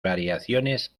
variaciones